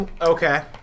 okay